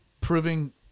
proving